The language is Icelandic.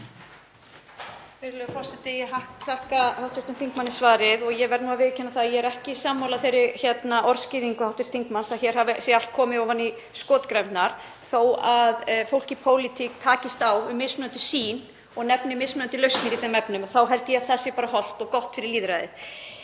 að ég er ekki sammála þeirri orðskýringu hv. þingmanns að hér sé allt komið ofan í skotgrafirnar. Þó að fólk í pólitík takist á um mismunandi sýn og nefni mismunandi lausnir í þeim efnum þá held ég að það sé bara hollt og gott fyrir lýðræðið.